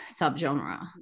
subgenre